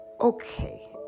okay